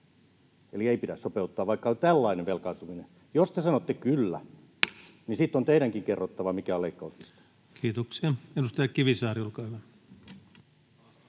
eli ei pidä sopeuttaa, vaikka on tällainen velkaantuminen. Jos te sanotte ”kyllä”, niin sitten on teidänkin kerrottava, mikä on leikkauslista. Kiitoksia. — Edustaja Kivisaari, olkaa hyvä.